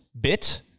bit